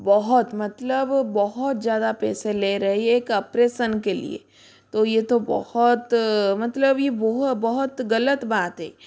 बहुत मतलब बहुत ज़्यादा पैसे ले रहे एक अप्रेसन के लिए तो यह तो बहुत मतलब यह बहुत गलत बात है